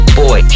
boy